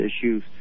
issues